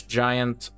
giant